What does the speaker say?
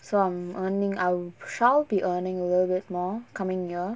so I'm earning I shall be earning a little bit more coming year